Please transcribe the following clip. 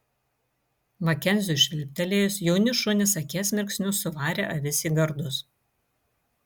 makenziui švilptelėjus jauni šunys akies mirksniu suvarė avis į gardus